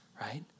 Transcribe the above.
right